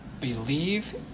believe